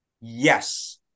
yes